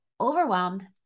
overwhelmed